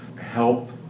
help